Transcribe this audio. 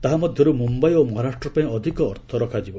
ତାହା ମଧ୍ୟରୁ ମୁମ୍ବାଇ ଓ ମହାରାଷ୍ଟ୍ର ପାଇଁ ଅଧିକ ଅର୍ଥ ରଖାଯିବ